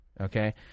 okay